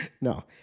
No